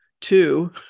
Two